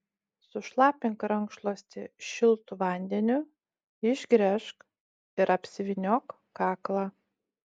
sušlapink rankšluostį šiltu vandeniu išgręžk ir apsivyniok kaklą